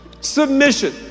submission